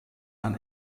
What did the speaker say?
ein